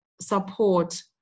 support